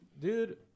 Dude